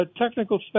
technical